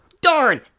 Darn